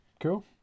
cool